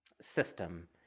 system